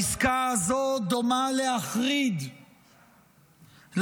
העסקה הזו דומה להחריד לעסקה